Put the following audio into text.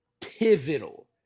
pivotal